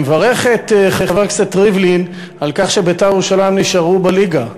אני מברך את חבר הכנסת ריבלין על כך ש"בית"ר ירושלים" נשארו בליגה,